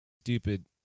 stupid